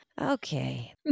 Okay